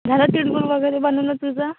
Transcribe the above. झालं तिळगुळ वगैरे बनवणं तुझं